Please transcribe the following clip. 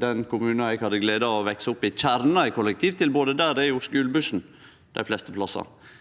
den kommunen eg hadde gleda av å vekse opp i. Kjernen i kollektivtilbodet der er jo skulebussen